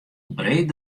breed